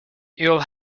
you’ll